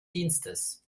dienstes